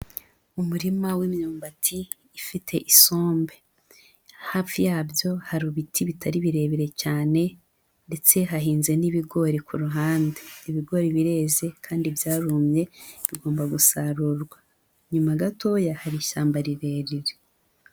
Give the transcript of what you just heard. Umurima w'imyumbati ifite isombe. Hafi yabyo hari ibiti bitari birebire cyane ndetse hahinze n'ibigori ku ruhande. Ibigori bireze kandi byarumye bigomba gusarurwa. Inyuma gatoya hari ishyamba rirerire.